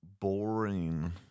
boring